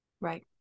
right